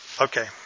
Okay